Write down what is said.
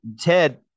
Ted